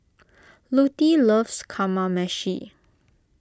Lutie loves Kamameshi